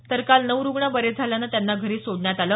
तर काल नऊ रुग्ण बरे झाल्यानं त्यांना घरी सोडण्यास आलं